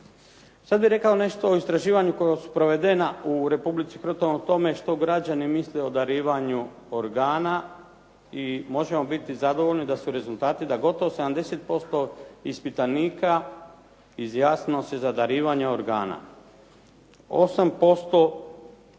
Sad bih rekao nešto o istraživanjima koja su provedena u Republici Hrvatskoj o tome što građani misle o darivanju organa i može biti zadovoljni da su rezultati da gotovo 70% ispitanika izjasnilo se za darivanje organa, 8% ne